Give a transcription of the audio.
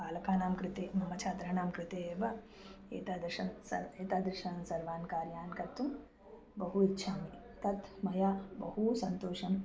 बालकानां कृते मम छात्राणां कृते एव एतादृशं स एतादृशान् सर्वान् कार्यान् कर्तुं बहु इच्छामि तत् मया बहु सन्तोषम्